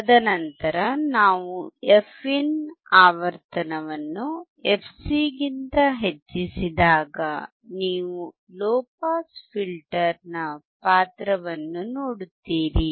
ತದನಂತರ ನಾವು fin ಆವರ್ತನವನ್ನು fc ಗಿಂತ ಹೆಚ್ಚಿಸಿದಾಗ ನೀವು ಲೊ ಪಾಸ್ ಫಿಲ್ಟರ್ನ ಪಾತ್ರವನ್ನು ನೋಡುತ್ತೀರಿ